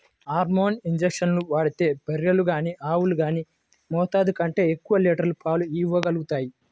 hormone ఇంజక్షన్లు వాడితే బర్రెలు గానీ ఆవులు గానీ మోతాదు కంటే ఎక్కువ లీటర్ల పాలు ఇవ్వగలుగుతాయంట